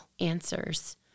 answers